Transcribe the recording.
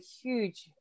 huge